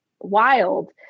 wild